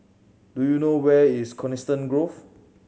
do you know where is Coniston Grove